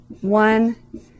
one